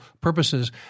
purposes